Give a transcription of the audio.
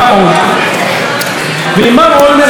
עם מר אולמרט הציעה לו הגברת לבני את הכול.